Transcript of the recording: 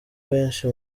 benshi